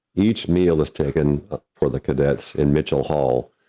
each meal is taken for the cadets in mitchell hall,